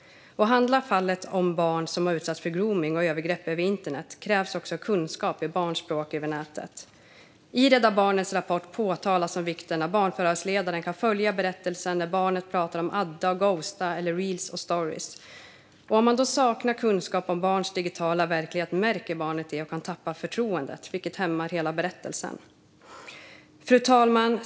Handlar fallet om barn som har utsatts för gromning och övergrepp över internet krävs också kunskap i barns språk över nätet. I Rädda Barnens rapport påpekas vikten av att barnförhörsledaren kan följa berättelsen när barnet pratar om adda och ghosta eller reels och stories. Om man saknar kunskap om barns digitala verklighet märker barnet det och kan tappa förtroendet, vilket hämmar hela berättelsen. Fru talman!